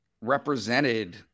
represented